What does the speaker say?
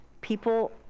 people